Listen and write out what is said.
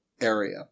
area